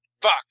Fuck